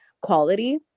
quality